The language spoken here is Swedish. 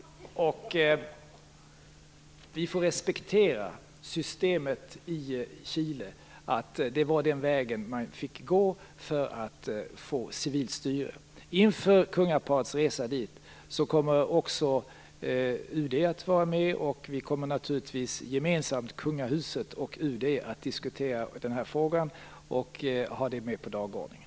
Vi får respektera systemet i Chile, att det var den vägen man fick gå för att få civilt styre. Inför kungaparets resa dit kommer UD naturligtvis att vara med och gemensamt med kungahuset diskutera den här frågan och ha den med på dagordningen.